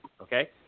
Okay